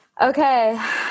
Okay